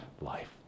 life